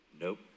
nope